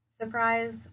surprise